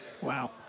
Wow